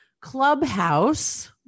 Clubhouse